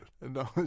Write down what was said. No